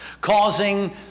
causing